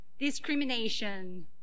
discrimination